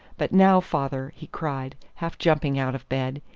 but now, father, he cried, half jumping out of bed,